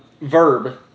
Verb